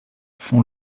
font